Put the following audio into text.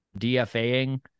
DFAing